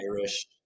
Irish